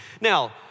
Now